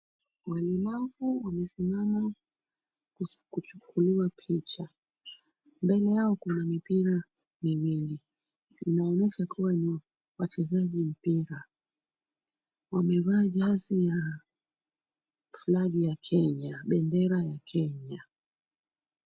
Walemavu wamesimama kuchukuliwa picha, mbele yao kuna mipira miwili inaweza kua ni wachezaji mpira. Wamevaa jezi fulani ya Kenya, bendera ya Kenya.